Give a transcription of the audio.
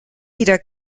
wieder